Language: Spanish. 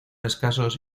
escasos